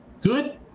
good